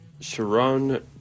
Sharon